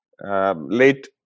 late